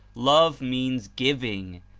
love means giving,